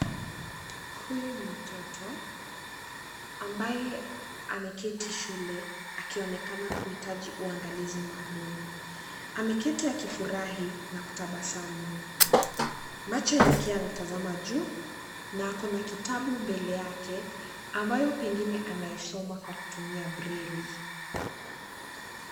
Huyu ni mtoto ambaye ameketi shule akionekana kuhitaji uangalizi maalum, ameketi akifurahi na kutabasamu. Macho yake yanatazama juu na ako na kitabu mbele yake ambayo pengine anaisoma kwa kutumia breli.